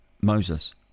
Moses